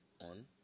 On